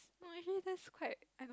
oh actually that's quite